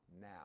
now